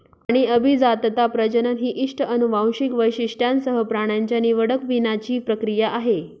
प्राणी अभिजातता, प्रजनन ही इष्ट अनुवांशिक वैशिष्ट्यांसह प्राण्यांच्या निवडक वीणाची प्रक्रिया आहे